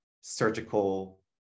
surgical